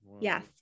Yes